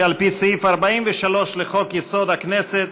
שעל-פי סעיף 43 לחוק-יסוד: הכנסת,